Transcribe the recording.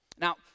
Now